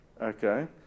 Okay